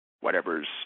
whatever's